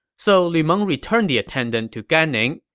so lu meng returned the attendant to gan ning,